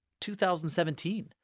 2017